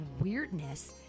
weirdness